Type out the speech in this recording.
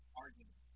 argument